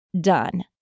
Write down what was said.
done